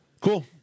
cool